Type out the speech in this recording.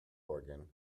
organ